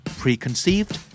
preconceived